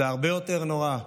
זה הרבה יותר נורא,